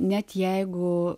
net jeigu